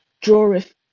draweth